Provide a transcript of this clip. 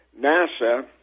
NASA